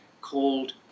called